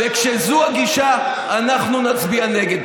וכשזאת הגישה אנחנו נצביע נגד.